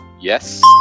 Yes